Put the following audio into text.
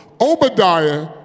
Obadiah